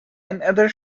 another